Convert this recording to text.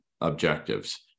objectives